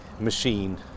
machine